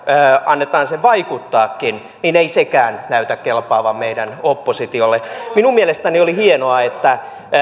annetaan sen vaikuttaakin niin ei sekään näytä kelpaavan meidän oppositiolle minun mielestäni oli hienoa että